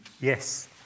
Yes